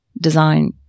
design